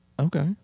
Okay